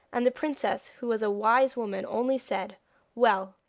and the princess, who was a wise woman, only said well,